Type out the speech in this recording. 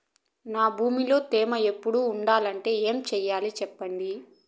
నా భూమిలో తేమ ఎప్పుడు ఉండాలంటే ఏమి సెయ్యాలి చెప్పండి?